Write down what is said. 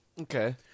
Okay